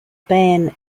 ban